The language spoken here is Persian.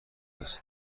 است